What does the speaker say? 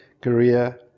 Korea